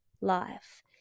life